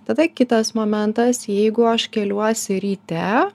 tada kitas momentas jeigu aš keliuosi ryte